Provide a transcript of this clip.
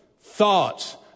thoughts